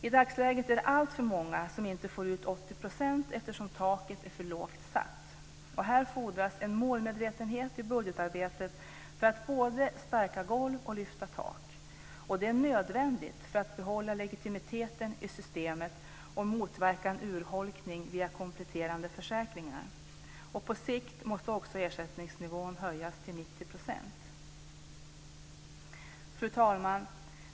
I dagsläget är det alltför många som inte får ut 80 % eftersom taket är för lågt satt. Här fordras en målmedvetenhet i budgetarbetet för att både stärka golv och lyfta tak. Det är nödvändigt för att behålla legitimiteten i systemet och motverka en urholkning via kompletterande försäkringar. På sikt måste också ersättningsnivån höjas till 90 %. Fru talman!